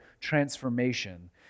transformation